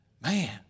Man